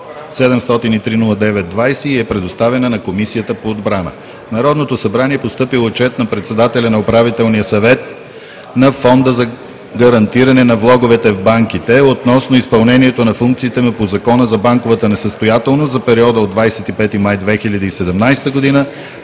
Народното събрание е постъпил Отчет на председателя на Управителния съвет на Фонда за гарантиране на влоговете в банките относно изпълнението на функциите му по Закона за банковата несъстоятелност за периода от 25 май до 24 юни